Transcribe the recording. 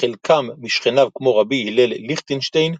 חלקם משכניו כמו ר' הלל ליכטנשטיין,